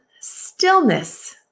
stillness